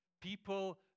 People